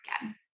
again